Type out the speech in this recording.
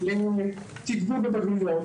לתגבור בבגרויות,